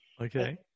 Okay